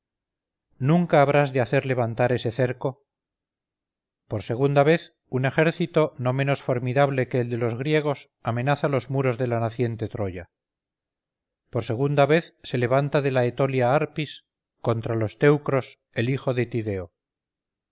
nunca habrás de hacer levantar ese cerco por segunda vez un ejército no menos formidable que el de los griegos amenaza los muros de la naciente troya por segunda vez se levanta de la etolia arpis contra los teucros el hijo de tideo